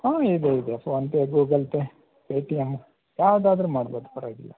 ಹಾಂ ಇದೆ ಇದೆ ಫೋನ್ಪೇ ಗೂಗಲ್ ಪೇ ಪೇಟಿಎಮ್ ಯಾವುದಾದರೂ ಮಾಡ್ಬೋದು ಪರವಾಗಿಲ್ಲ